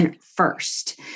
first